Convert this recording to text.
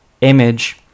image